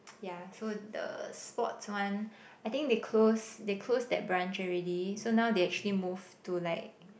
yeah so the sports one I think they close they close that branch already so now they actually moved to like